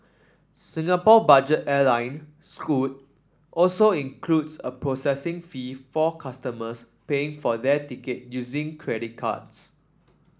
Singapore budget airline Scoot also includes a processing fee for customers paying for their ticket using credit cards